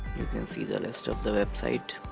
you can see the rest of the website.